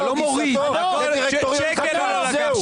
גיסתו --- שקל הוא לא לקח,